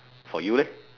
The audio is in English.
for you eh